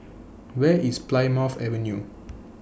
Where IS Plymouth Avenue